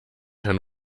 herrn